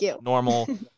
normal